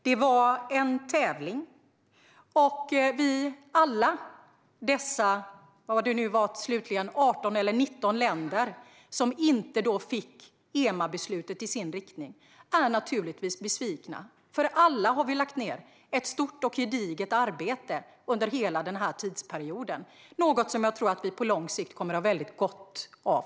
Det var en tävling, och alla de 18 eller 19 länder som inte fick EMAbeslutet i sin riktning är naturligtvis besvikna. Vi har alla lagt ned ett stort och gediget arbete under hela denna tidsperiod, något som jag tror att vi på lång sikt kommer att få mycket gott av.